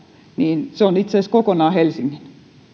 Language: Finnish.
niin se on itse asiassa kokonaan helsingissä